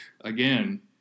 again